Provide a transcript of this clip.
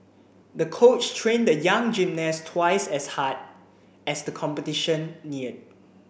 the coach trained the young gymnast twice as hard as the competition neared